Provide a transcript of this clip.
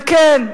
וכן,